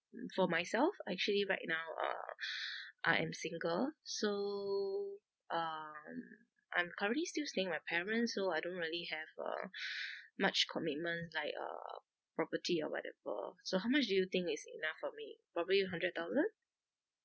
mm for myself actually right now uh I am single so um I'm currently still staying with my parents so I don't really have uh much commitment like uh property or whatever so how much do you think is enough for me probably hundred dollar